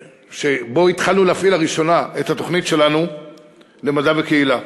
שבו התחלנו להפעיל לראשונה את התוכנית שלנו למדע וקהילה.